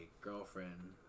girlfriend